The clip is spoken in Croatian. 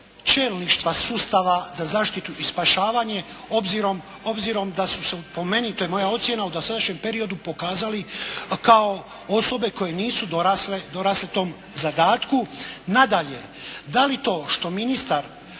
čelništva sustava za zaštitu i spašavanje obzirom da su se po meni, to je moja ocjena, u dosadašnjem periodu pokazali kao osobe koje nisu dorasle tom zadatku. Nadalje, da li to što ministar